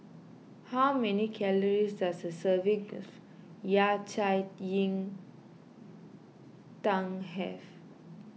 how many calories does a serving of Yao Cai Yin Tang have